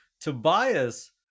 Tobias